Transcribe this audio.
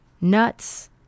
nuts